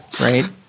Right